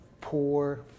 poor